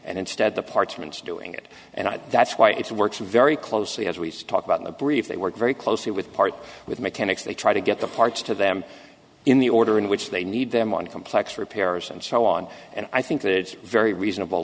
and instead the parchments doing it and that's why it works very closely as we talk about the brief they work very closely with part with mechanics they try to get the parts to them in the order in which they need them on complex repairs and so on and i think that it's very reasonable